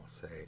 say